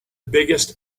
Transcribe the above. biggest